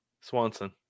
swanson